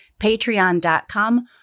patreon.com